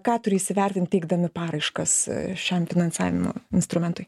ką turi įsivertint teikdami paraiškas šiam finansavimo instrumentui